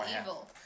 evil